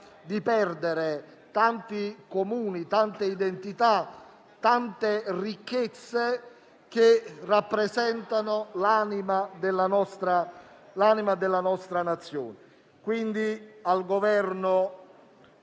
di perdere tanti Comuni, tante identità, tante ricchezze che rappresentano l'anima della nostra Nazione. Rivolgo